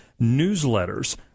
newsletters